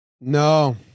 No